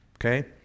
Okay